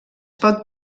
pot